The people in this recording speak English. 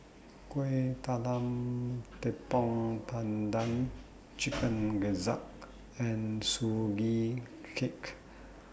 Kuih Talam Tepong Pandan Chicken Gizzard and Sugee Cake